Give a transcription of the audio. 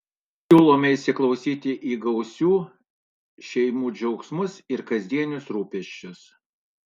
šįsyk siūlome įsiklausyti į gausių šeimų džiaugsmus ir kasdienius rūpesčius